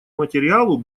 материалу